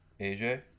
AJ